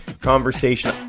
conversation